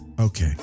okay